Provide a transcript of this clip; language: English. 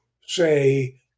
say